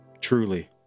truly